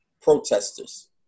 protesters